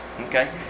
Okay